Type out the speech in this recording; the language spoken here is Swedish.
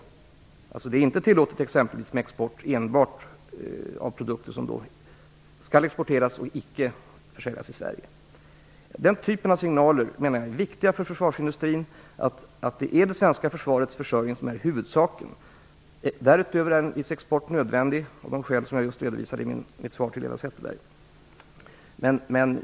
Det är exempelvis inte tillåtet med export av produkter som enbart skall exporteras och icke försäljas i Sverige. Den typen av signaler är viktiga för försvarsindustrin, dvs. att det är det svenska försvarets försörjning som är huvudsaken. Därutöver är en viss export nödvändig, av de skäl som jag har redovisat i mitt svar till Eva Zetterberg.